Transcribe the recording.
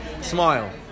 Smile